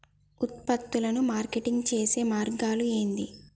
ఉత్పత్తులను మార్కెటింగ్ చేసే మార్గాలు ఏంది?